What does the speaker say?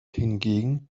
hingegen